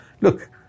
look